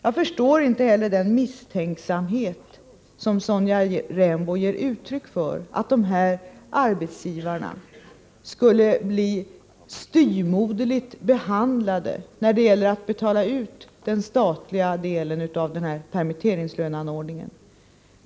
Jag förstår inte heller den misstänksamhet som Sonja Rembo ger uttryck för när hon tror att de här arbetsgivarna skulle bli styvmoderligt behandlade när det gäller att betala ut den statliga delen av permitteringslöneanordningen.